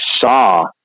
saw